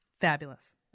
Fabulous